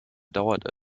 dauert